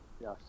Yes